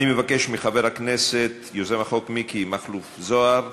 אני מבקש מחבר הכנסת יוזם החוק מכלוף מיקי זוהר